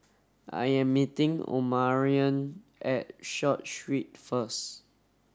I am meeting Omarion at Short Street first